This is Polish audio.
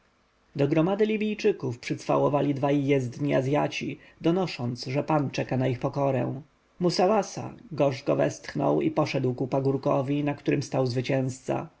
do gromady libijczyków przycwałowali dwaj jezdni azjaci donosząc że pan czeka na ich pokorę musawasa gorzko westchnął i poszedł ku pagórkowi na którym stał zwycięzca